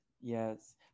yes